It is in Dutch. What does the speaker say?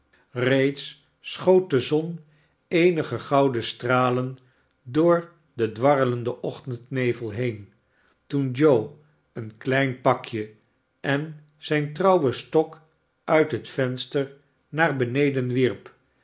reeds schoot de zon eenige gouden stralen door den dwarrelenden ochtendnevel heen toen joe een klein pakje en zijn trouwen stok uit het venster naar beneden wierp